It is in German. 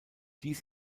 dies